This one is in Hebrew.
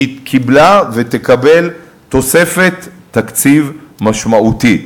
היא קיבלה ותקבל תוספת תקציב משמעותית.